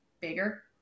bigger